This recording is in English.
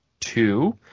Two